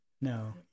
no